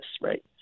Right